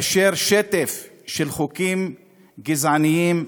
שטף של חוקים גזעניים,